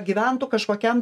gyventų kažkokiam